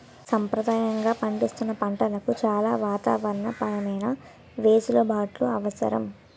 సంప్రదాయంగా పండిస్తున్న పంటలకు చాలా వాతావరణ పరమైన వెసులుబాట్లు అవసరం